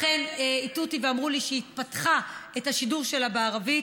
אכן הטעו אותי ואמרו לי שהיא פתחה את השידור שלה בערבית.